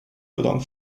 along